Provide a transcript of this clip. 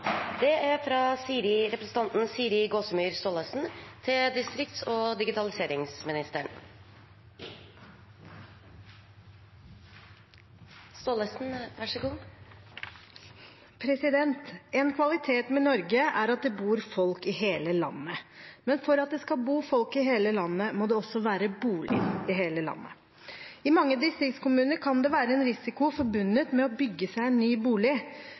kvalitet ved Norge er at det bor folk i hele landet. Men for at det skal bo folk i hele landet, må det også være boliger i hele landet. I mange distriktskommuner kan det være risiko forbundet med å bygge seg en ny bolig.